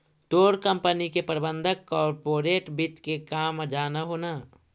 तोर कंपनी के प्रबंधक कॉर्पोरेट वित्त के काम जान हो न